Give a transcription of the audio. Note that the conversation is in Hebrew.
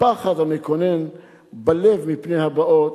הפחד המקנן בלב מפני הבאות,